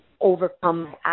overcome